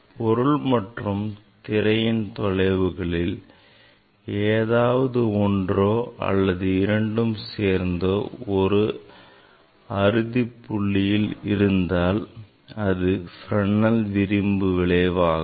பொருள் மற்றும் திரையின் தொலைவுகளில் ஏதாவது ஒன்றோ அல்லது இரண்டும் சேர்ந்து ஒரு அறுதி தொலைவில் இருந்தால் அது Fresnel விளிம்பு விளைவாகும்